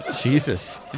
Jesus